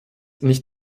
nicht